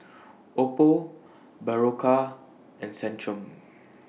Oppo Berocca and Centrum